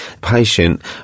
patient